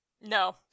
No